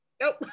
Nope